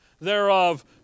thereof